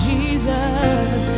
Jesus